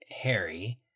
Harry